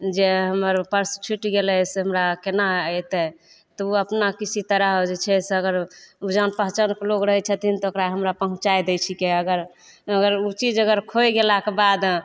जे हमर पर्स छुटि गेलै से हमरा कोना अएतै तऽ ओ अपना किसी तरह जे छै से अगर जान पहचानके लोक रहै छथिन तऽ ओकरा हमरा पहुँचै दै छिकै अगर अगर ओ चीज खोइ गेलाके बाद